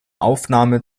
aufnahme